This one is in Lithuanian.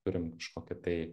turim kažkokį tai